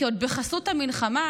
כי עוד בחסות המלחמה,